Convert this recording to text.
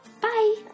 Bye